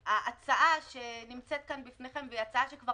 ההצעה שנמצאת כאן בפניכם והיא הצעה שכבר